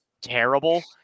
terrible